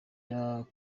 dans